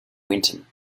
winton